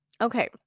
okay